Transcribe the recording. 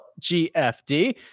GFD